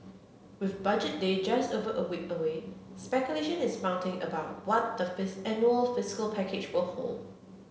with Budget Day just over a week away speculation is mounting about what the fix annual fiscal package will hold